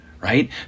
right